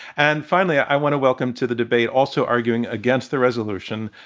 and, finally, i want to welcome to the debate, also arguing against the resolution,